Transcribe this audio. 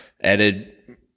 added